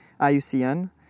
IUCN